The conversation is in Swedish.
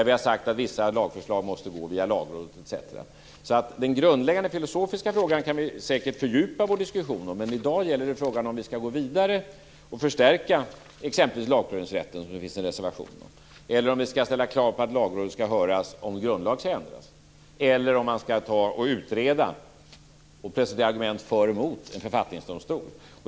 Vi har sagt att vissa lagförslag måste gå via Vi kan säkert fördjupa vår diskussion om den grundläggande filosofiska frågan, men i dag gäller frågan om vi skall gå vidare och t.ex. förstärka lagprövningsrätten, som det finns en reservation om, om vi skall ställa krav på att Lagrådet skall höras när en grundlag skall ändras eller om vi skall utreda och presentera argument för och emot en författningsdomstol.